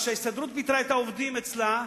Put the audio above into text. כשההסתדרות פיטרה את העובדים אצלה,